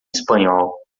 espanhol